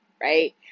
right